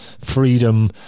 freedom